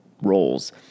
roles